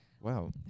Wow